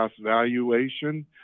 valuation